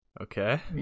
Okay